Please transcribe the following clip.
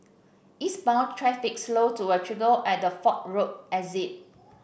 eastbound traffic slowed to a trickle at the Fort Road exit